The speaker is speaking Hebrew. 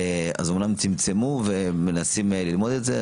אז אמנם צמצמו ומנסים ללמוד את זה,